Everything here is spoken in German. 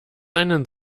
einen